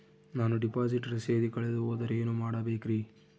ನಾನು ಡಿಪಾಸಿಟ್ ರಸೇದಿ ಕಳೆದುಹೋದರೆ ಏನು ಮಾಡಬೇಕ್ರಿ?